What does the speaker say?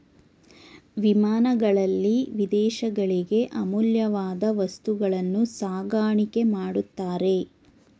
ವಿಮಾನಗಳಲ್ಲಿ ವಿದೇಶಗಳಿಗೆ ಅಮೂಲ್ಯವಾದ ವಸ್ತುಗಳನ್ನು ಸಾಗಾಣಿಕೆ ಮಾಡುತ್ತಾರೆ